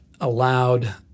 allowed